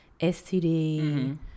STD